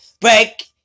break